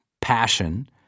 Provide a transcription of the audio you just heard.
Passion